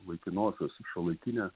iš laikinosios į šiuolaikinę